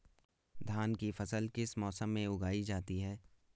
धान की फसल किस मौसम में उगाई जाती है?